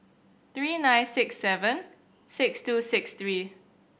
three nine six seven six two six three